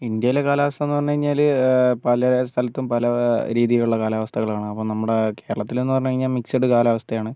ഇന്ത്യയിലെ കാലാവസ്ഥ എന്ന് പറഞ്ഞു കഴിഞ്ഞാൽ പല സ്ഥലത്തും പല രീതിയിലുള്ള കാലാവസ്ഥകളാണ് അപ്പോൾ നമ്മുടെ കേരളത്തിൽ എന്ന് പറഞ്ഞു കഴിഞ്ഞാൽ മിക്സഡ് കാലാവസ്ഥയാണ്